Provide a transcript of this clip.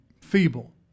feeble